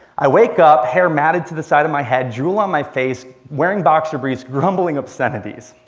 i wake up, hair matted to the side of my head drool on my face, wearing boxer briefs, grumbling obscenities.